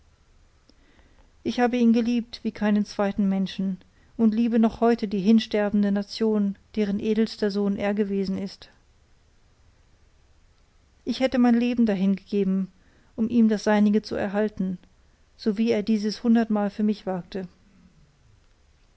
ich habe ihn geliebt wie keinen zweiten menschen und liebe noch heut die hinsterbende nation deren edelster sohn er gewesen ist ich hätte mein leben dahingegeben um ihm das seinige zu erhalten so wie er dieses hundertmal für mich wagte